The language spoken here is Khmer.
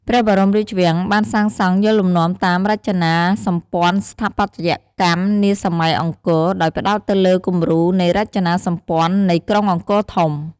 ព្រះបរមរាជវាំងបានសាងសង់យកលំនាំតាម រចនាសម្ព័ន្ធស្ថាបត្យកម្មនាសម័យអង្គរ ដោយផ្ដោតទៅលើគំរូនៃរចនាសម្ព័ន្ធ នៃក្រុងអង្គរធំ។